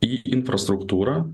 į infrastruktūrą